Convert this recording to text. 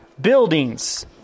buildings